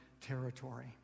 territory